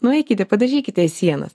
nueikite padažykite sienas